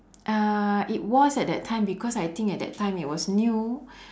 uh it was at that time because I think at that time it was new